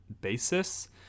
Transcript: basis